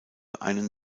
einen